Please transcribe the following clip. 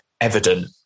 evident